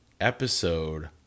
episode